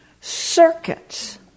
circuits